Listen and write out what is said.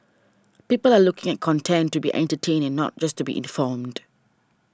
people are looking at content to be entertaining not just to be informed